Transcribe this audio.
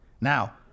Now